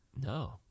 No